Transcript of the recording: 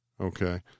okay